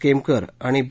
केमकर आणि बी